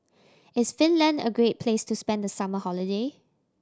is Finland a great place to spend the summer holiday